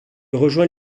rejoint